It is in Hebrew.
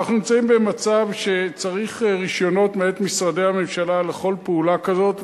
אנחנו נמצאים במצב שצריך רשיונות מאת משרדי הממשלה לכל פעולה כזאת,